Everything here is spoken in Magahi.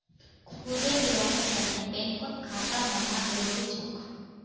खुदेर लोनेर तने बैंकत खाता होना जरूरी छोक